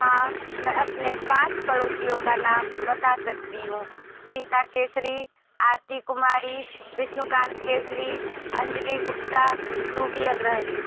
हाँ मैं अपने पाँच पड़ोसियों का नाम बता सकती हूँ सीता केशरी आरती कुमारी विष्णुकांत केशरी अंजली गुप्ता रूबी अग्रहरि